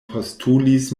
postulis